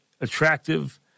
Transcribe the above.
attractive